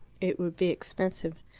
it would be expensive.